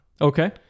Okay